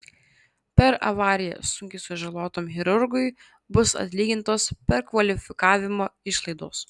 per avariją sunkiai sužalotam chirurgui bus atlygintos perkvalifikavimo išlaidos